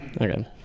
Okay